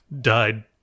died